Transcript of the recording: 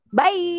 bye